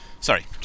Sorry